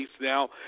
now